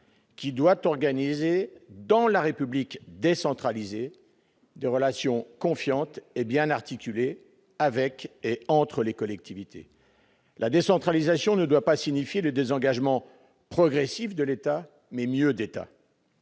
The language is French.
qui doit organiser, dans le cadre de la République décentralisée, des relations confiantes et bien articulées avec et entre les collectivités. La décentralisation doit signifier non pas désengagement progressif de l'État, mais « mieux d'État